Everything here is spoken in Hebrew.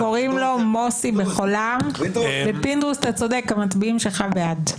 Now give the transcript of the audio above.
פינדרוס, אתה צודק, המצביעים שלך בעד.